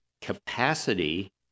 capacity